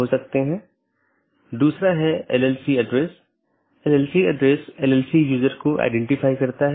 यहां R4 एक स्रोत है और गंतव्य नेटवर्क N1 है इसके आलावा AS3 AS2 और AS1 है और फिर अगला राउटर 3 है